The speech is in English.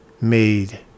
made